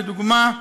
לדוגמה: